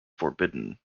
forbidden